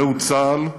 זהו צה"ל,